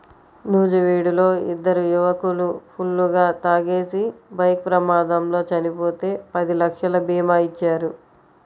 నూజివీడులో ఇద్దరు యువకులు ఫుల్లుగా తాగేసి బైక్ ప్రమాదంలో చనిపోతే పది లక్షల భీమా ఇచ్చారు